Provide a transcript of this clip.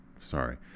Sorry